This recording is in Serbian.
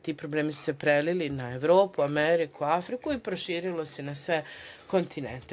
Ti problemi su se prelili na Evropu, Ameriku, Afriku, proširilo se na sve kontinente.